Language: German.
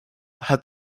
hat